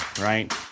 right